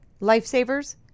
Lifesavers